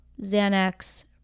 Xanax